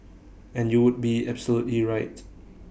and you would be absolutely right